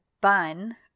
bun